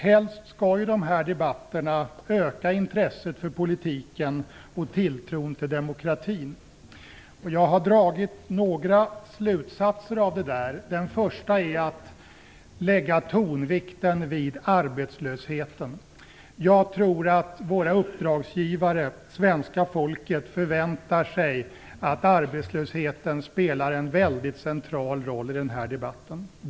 Helst skall ju de här debatterna öka intresset för politiken och tilltron till demokratin, och detta har jag dragit några slutsatser av. Den första är att jag tänker lägga tonvikten på arbetslösheten. Jag tror att vår uppdragsgivare - svenska folket - förväntar sig att arbetslösheten skall spela en väldigt central roll i denna debatt.